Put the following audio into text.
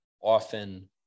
often